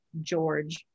George